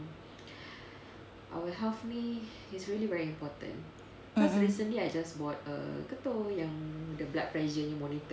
mmhmm